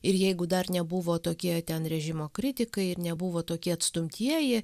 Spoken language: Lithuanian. ir jeigu dar nebuvo tokie ten režimo kritikai ir nebuvo tokie atstumtieji